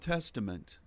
Testament